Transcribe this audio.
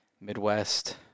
Midwest